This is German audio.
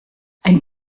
ein